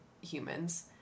humans